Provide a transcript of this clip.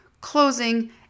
closing